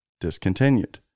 discontinued